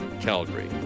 Calgary